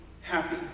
happy